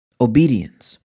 obedience